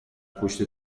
پشت